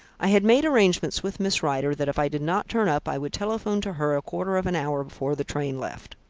i had made arrangements with miss rider that if i did not turn up i would telephone to her a quarter of an hour before the train left.